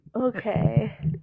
Okay